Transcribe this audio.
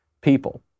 people